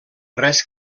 res